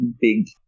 big